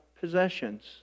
possessions